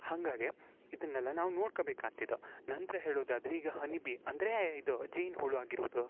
ಹಾಗಾಗೆ ಇದನ್ನೆಲ್ಲ ನಾವು ನೋಡ್ಕೊಳ್ಬೇಕಾಯ್ತ್ ಇದು ನಂತರ ಹೇಳುವುದಾದ್ರೆ ಈಗ ಹನಿ ಬೀ ಅಂದರೆ ಇದು ಜೇನು ಹುಳು ಆಗಿರುವುದು